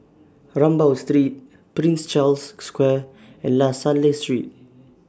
Rambau Street Prince Charles Square and La Salle Street